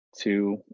two